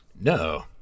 No